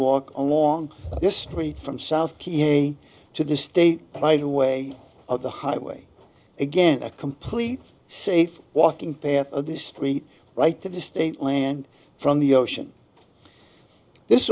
walk along this street from south key to the state by the way of the highway again a complete safe walking path of this street right to the state land from the ocean this